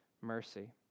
mercy